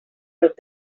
prop